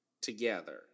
together